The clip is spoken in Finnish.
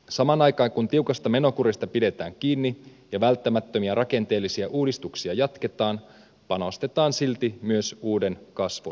samaan aikaan kun tiukasta menokurista pidetään kiinni ja välttämättömiä rakenteellisia uudistuksia jatketaan panostetaan silti myös uuden kasvun luomiseen